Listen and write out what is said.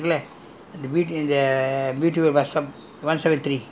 a long time ago the beauty world இந்த எதிர்கிட்ட:intha ethirkitte bus stop இருக்குல:irukkula